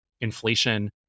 inflation